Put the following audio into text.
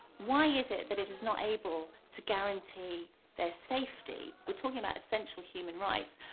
why is it that it is not able to guarantee their safety? we're talking about essential human rights.